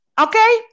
okay